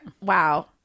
wow